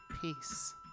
Peace